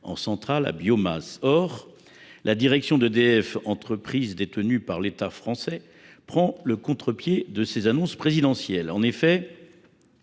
en centrales à biomasse. Or la direction d’EDF, entreprise pourtant détenue par l’État français, prend le contrepied de ces annonces présidentielles. En effet,